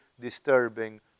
disturbing